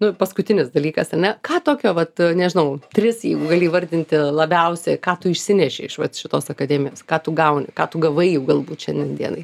nu paskutinis dalykas ar ne ką tokio vat nežinau tris jeigu gali įvardinti labiausiai ką tu išsinešei iš vat šitos akademijos ką tu gauni ką tu gavai jau galbūt šiandien dienai